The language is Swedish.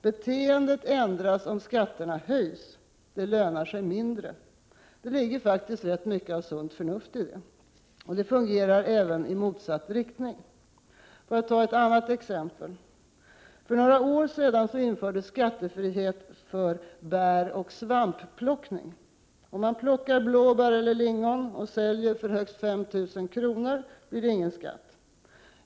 Beteendet ändras, om skatterna höjs, det lönar sig mindre. Det ligger faktiskt rätt mycket av sunt förnuft i det, och det fungerar även i motsatt riktning. Låt mig ta ett annat exempel. För några år sedan infördes skattefrihet för bäroch svampplockning. Om man plockar blåbär eller lingon och säljer för högst 5 000 kr., blir det ingen skatt.